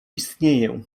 istnieję